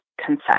consent